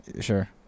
Sure